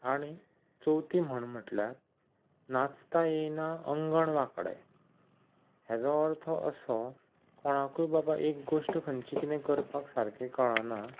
आनी चवथी म्हण म्हटल्यार नाचता येईना अंगण वांकडें हाजो अर्थ असो कोणाकू बाबा एक गोश्ट खंयची किदें करपाक सारकीं कळना